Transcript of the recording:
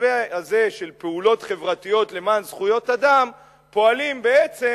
שבמסווה הזה של פעולות חברתיות למען זכויות אדם פועלים בעצם